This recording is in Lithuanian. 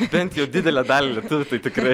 bent jau didelę dalį tai tikrai